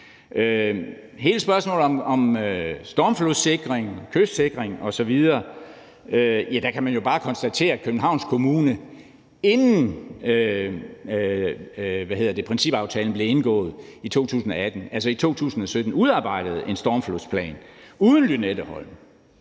hele spørgsmålet om stormflodssikring, kystsikring osv. kan man bare konstatere, at Københavns Kommune i 2017, altså inden principaftalen blev indgået i 2018, udarbejdede en stormflodsplan uden Lynetteholmen,